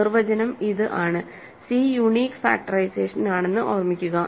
നിർവചനം ഇത് ആണ് സി യൂണീക്ക് ഫാക്ടറൈസേഷനാണെന്ന് ഓർമ്മിക്കുക